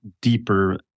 deeper